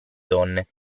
donne